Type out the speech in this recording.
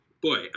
boy